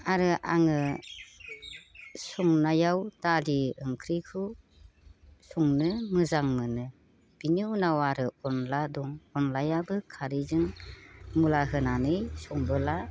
आरो आङो संनायाव दालि ओंख्रिखौ संनो मोजां मोनो बेनि उनाव आरो अनला दं अनलायाबो खारैजों मुला होनानै सङोब्ला